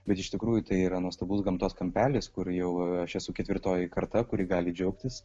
bet iš tikrųjų tai yra nuostabus gamtos kampelis kur jau aš esu ketvirtoji karta kuri gali džiaugtis